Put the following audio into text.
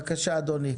בבקשה, אדוני.